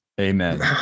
Amen